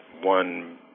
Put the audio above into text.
one